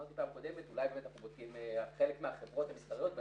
חלק מהחברות הן מסחריות,